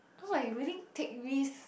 cause are you willing take risk